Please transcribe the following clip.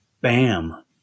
bam